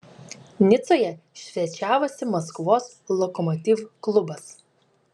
nicoje svečiavosi maskvos lokomotiv klubas